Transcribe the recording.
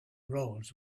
roles